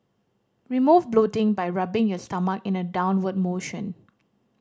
remove bloating by rubbing your stomach in a downward motion